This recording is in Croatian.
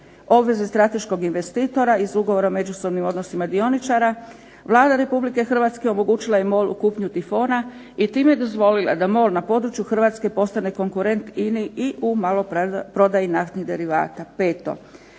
obveze strateškog investitora iz Ugovora o međusobnim odnosima dioničara Vlada Republike Hrvatske omogućila je MOL-u kupnju Tifona i time dozvolila da MOL na području Hrvatske postane konkurent INA-i i u maloprodaji naftnih derivata.